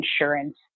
insurance